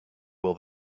will